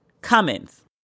Cummins